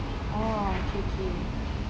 orh K K